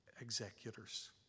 executors